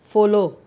follow